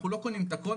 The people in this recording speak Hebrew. אנחנו לא קונים את הכול,